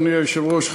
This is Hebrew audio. אדוני היושב-ראש,